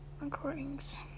recordings